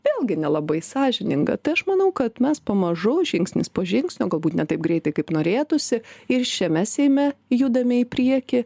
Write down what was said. vėlgi nelabai sąžininga tai aš manau kad mes pamažu žingsnis po žingsnio galbūt ne taip greitai kaip norėtųsi ir šiame seime judame į priekį